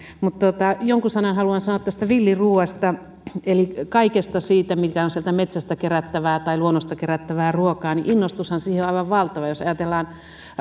mutta jonkun sanan haluan sanoa tästä villiruoasta eli kaikesta siitä mikä on sieltä metsästä kerättävää tai luonnosta kerättävää ruokaa innostushan siihen on aivan valtava jos ajatellaan